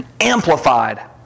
amplified